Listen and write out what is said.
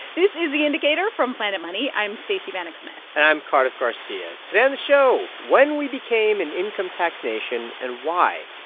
this is the indicator from planet money. i'm stacey vanek smith and i'm cardiff garcia. today on the show when we became an income tax nation and why.